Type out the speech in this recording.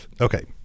okay